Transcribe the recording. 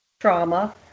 Trauma